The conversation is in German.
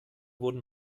wurden